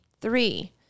three